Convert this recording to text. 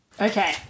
Okay